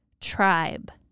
tribe